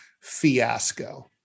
fiasco